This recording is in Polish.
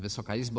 Wysoka Izbo!